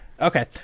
Okay